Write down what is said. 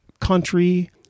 country